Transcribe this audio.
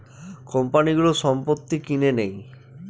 কোম্পানিগুলো সম্পত্তি কিনে নেয়